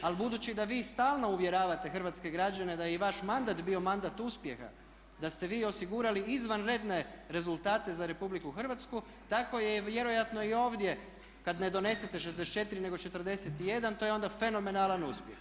Ali budući da vi stalno uvjeravate hrvatske građane da je i vaš mandat bio mandat uspjeha, da ste vi osigurali izvanredne rezultate za Republiku Hrvatsku tako je vjerojatno i ovdje kad ne donesete 64 nego 41 to je onda fenomenalan uspjeh.